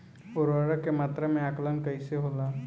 उर्वरक के मात्रा में आकलन कईसे होला?